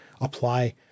apply